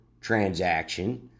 transaction